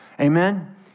Amen